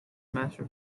master